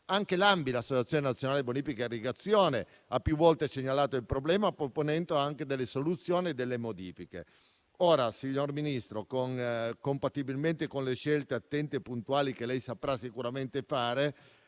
Anche l'Associazione nazionale bonifiche e irrigazione (ANBI) ha più volte segnalato il problema, proponendo anche delle soluzioni e delle modifiche. Ora, signor Ministro, compatibilmente con le scelte attente e puntuali che lei saprà sicuramente fare,